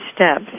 steps